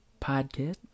podcast